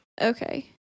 Okay